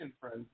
friends